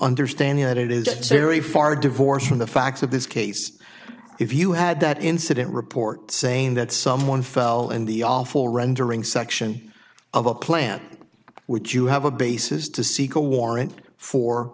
understanding that it is that siri far divorced from the facts of this case if you had that incident report saying that someone fell in the awful rendering section of a plant would you have a basis to seek a warrant for